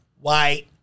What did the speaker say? white